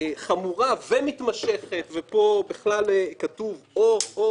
חמורה ומתמשכת ופה בכלל כתוב "או",